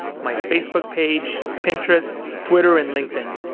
my facebook page, pinterest, twitter and linkedin.